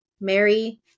Mary